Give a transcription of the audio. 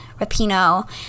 rapino